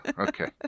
okay